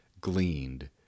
gleaned